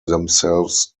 themselves